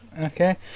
Okay